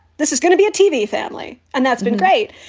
this is gonna be a tv family. and that's been right.